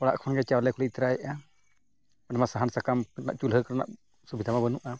ᱚᱲᱟᱜ ᱠᱷᱚᱱ ᱜᱮ ᱪᱟᱣᱞᱮ ᱠᱚᱞᱮ ᱤᱫᱤ ᱛᱚᱨᱟᱭᱮᱜᱼᱟ ᱚᱸᱰᱮᱢᱟ ᱥᱟᱦᱟᱱ ᱥᱟᱠᱟᱢ ᱨᱮᱱᱟᱜ ᱪᱩᱞᱦᱟᱹ ᱠᱚᱨᱮᱱᱟᱜ ᱥᱩᱵᱤᱫᱷᱟᱢᱟ ᱵᱟᱹᱱᱩᱜᱼᱟ